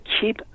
keep